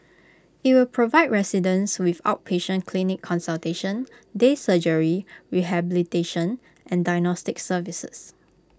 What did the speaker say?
IT will provide residents with outpatient clinic consultation day surgery rehabilitation and diagnostic services